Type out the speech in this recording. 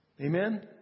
Amen